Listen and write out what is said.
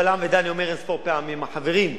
קבל עם ועדה אני אומר אין-ספור פעמים: חברים,